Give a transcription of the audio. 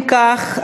אם כך,